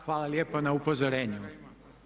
Hvala lijepa na upozorenju.